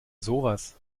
sowas